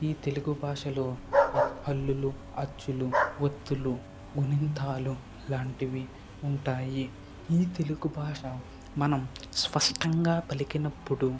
ఈ తెలుగు భాషలో హల్లులు అచ్చులు ఒత్తులు గుణింతాలు లాంటివి ఉంటాయి ఈ తెలుగు భాష మనం స్పష్టంగా పలికినప్పుడు